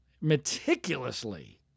meticulously